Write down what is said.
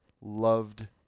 loved